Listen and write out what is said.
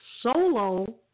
solo